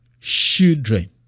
children